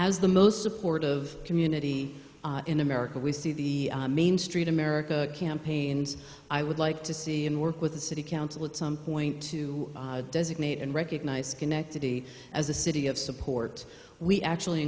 as the most support of community in america we see the main street america campaigns i would like to see and work with the city council at some point to designate and recognize schenectady as a city of support we actually